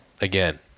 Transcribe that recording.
again